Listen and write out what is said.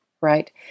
right